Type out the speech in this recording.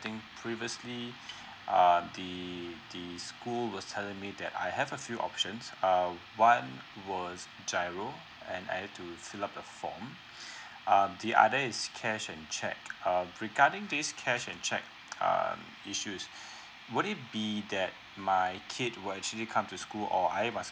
I think previously uh the the school was telling me that I have a few options err one was giro and I need to fill up the form uh the other is cash and cheque uh regarding this cash and cheque um issues would it be that my kid will actually come to school or I must